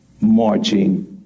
marching